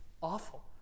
awful